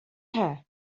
her